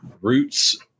roots